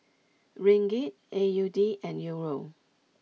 Ringgit A U D and Euro